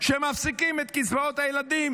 שמפסיקים את קצבאות הילדים